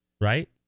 right